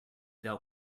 thou